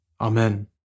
Amen